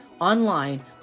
online